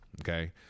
Okay